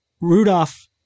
Rudolph